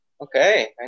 Okay